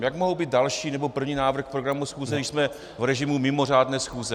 Jak mohou být další nebo první návrh k programu schůze, když jsme v režimu mimořádné schůze?